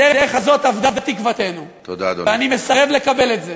בדרך הזאת אבדה תקוותנו, ואני מסרב לקבל את זה.